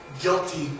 guilty